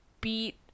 beat